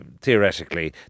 theoretically